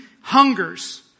hungers